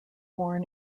born